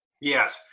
Yes